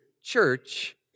church